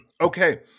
Okay